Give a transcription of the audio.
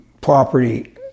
property